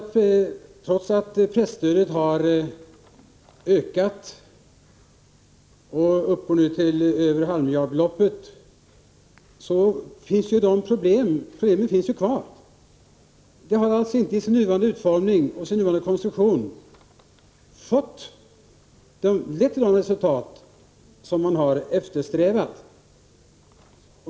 Trots att presstödet har ökat och nu överstiger halvmiljardstrecket finns problemen kvar. Presstödet har alltså inte med sin nuvarande konstruktion lett till de resultat som man har eftersträvat.